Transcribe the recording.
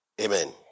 Amen